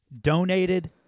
donated